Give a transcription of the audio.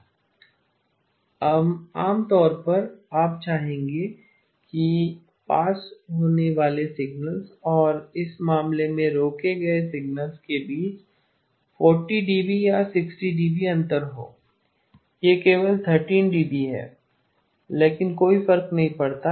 आप आम तौर पर आप चाहेंगे कि पास होने वाले सिग्नल्स और इस मामले में रोके गए सिग्नल्स के बीच 40 dB या 60 dB अंतर हो यह केवल 13 dB है लेकिन कोई फर्क नहीं पड़ता